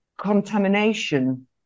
contamination